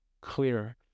clear